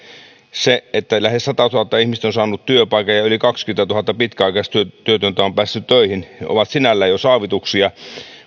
lähes satatuhatta ihmistä on saanut työpaikan ja yli kaksikymmentätuhatta pitkäaikaistyötöntä on päässyt töihin ja ne ovat sinällään jo saavutuksia